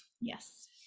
Yes